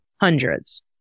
Hundreds